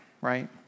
right